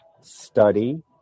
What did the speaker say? study